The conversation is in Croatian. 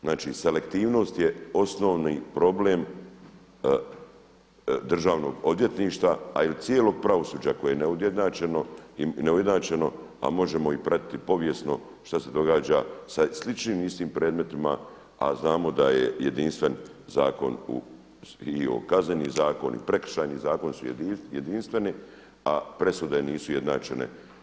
Znači, selektivnost je osnovni problem Državnog odvjetništva, a i cijelog pravosuđa koje je neujednačeno, a možemo i pratiti povijesno šta se događa sa sličnim i istim predmetima, a znamo da je jedinstven zakon, i Kazneni zakon i prekršajni zakon su jedinstveni, a presude nisu ujednačene.